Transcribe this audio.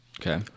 Okay